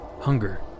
Hunger